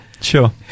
Sure